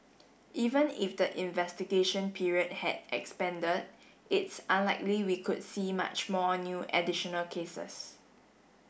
even if the investigation period had expanded it's unlikely we could see much more new additional cases